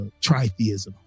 tritheism